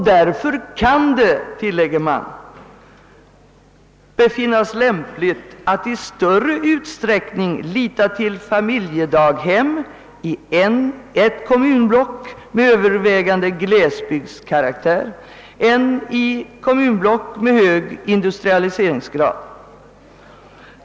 Därför kan det, tillägger kommunförbunden, befinnas lämpligt att lita till familjedaghem i ett kommunblock med övervägande glesbygdskaraktär i större utsträckning än i kommunblock med hög industrialiseringsgrad.